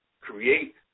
create